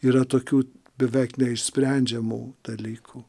yra tokių beveik neišsprendžiamų dalykų